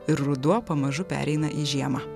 ir ruduo pamažu pereina į žiemą